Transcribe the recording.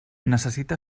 necessita